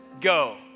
Go